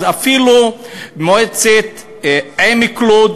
אז אפילו מועצת לוד,